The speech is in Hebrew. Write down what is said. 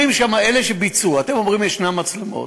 אתם אומרים שיש מצלמות,